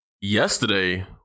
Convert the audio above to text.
yesterday